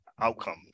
outcome